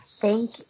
Thank